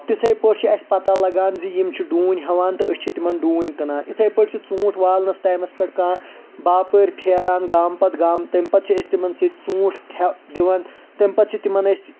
تِتھے پٲٹھۍ چھِ اسہِ پتہ لگان زِ یِم چھِ ڈونۍ ہیٚوان تہٕ أسۍ چھِ تِمن ڈونۍ کٕنان یتھے پٲٹھۍ چھ ژوٗنٛٹھۍ والنس ٹایمس پٮ۪ٹھ کانٛہہ باپٲرۍ پھیران گامہٕ پتہٕ گامہٕ تمہِ پتہٕ چھِ أسۍ تِمن سۭتۍ ژوٗنٹھۍ ہیٚ دِوان تمہِ پتہٕ چھِ تِمن أسۍ